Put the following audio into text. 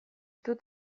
dut